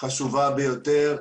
חשובה ביותר.